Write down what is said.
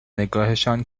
نگاهشان